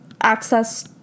access